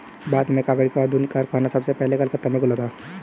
भारत में कागज का आधुनिक कारखाना सबसे पहले कलकत्ता में खुला था